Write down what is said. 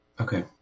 Okay